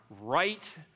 right